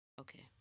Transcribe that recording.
okay